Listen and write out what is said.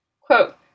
Quote